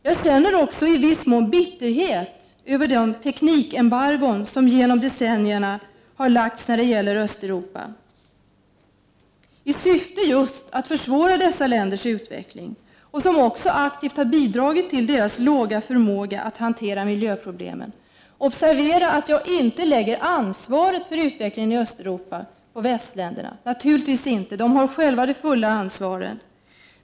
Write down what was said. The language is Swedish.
Jag känner också i viss mån bitterhet över de teknikembargon som genom decennierna har lagts på Östeuropa. Detta har skett just i syfte att försvåra dessa länders utveckling, och detta har också aktivt bidragit till deras bristande förmåga att hantera miljöproblemen. Observera att jag inte lägger ansvaret för utvecklingen i Östeuropa på västländerna. Naturligtvis gör jag inte det — östländerna har själva det fulla ansva ret.